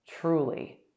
truly